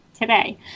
today